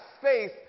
faith